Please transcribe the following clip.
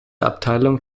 abteilung